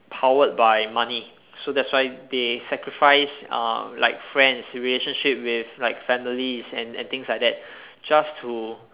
powered by money so that's why they sacrifice uh like friends relationship with like families and and things like that just to